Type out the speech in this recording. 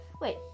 Wait